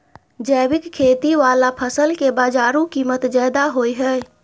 जैविक खेती वाला फसल के बाजारू कीमत ज्यादा होय हय